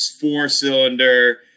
four-cylinder